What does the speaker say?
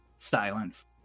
Silence